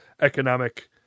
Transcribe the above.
economic